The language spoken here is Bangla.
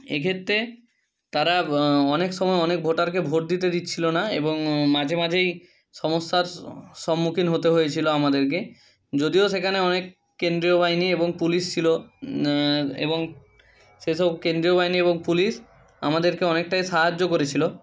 এক্ষেত্রে তারা অনেক সময় অনেক ভোটারকে ভোট দিতে দিচ্ছিলো না এবং মাঝে মাঝেই সমস্যার সম্মুখীন হতে হয়েছিলো আমাদেরকে যদিও সেখানে অনেক কেন্দ্রীয় বাহিনী এবং পুলিশ ছিলো এবং সেই সব কেন্দ্রীয় বাহিনী এবং পুলিশ আমাদেরকে অনেকটাই সাহায্য করেছিলো